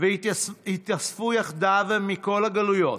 והתאספו יחדיו מכל הגלויות,